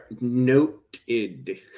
noted